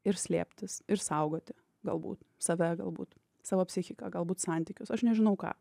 ir slėptis ir saugoti galbūt save galbūt savo psichiką galbūt santykius aš nežinau ką